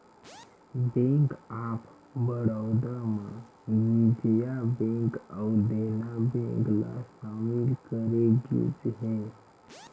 bank of Baroda म Vijaya bank अउ Dena bank ल सामिल करे गिस हे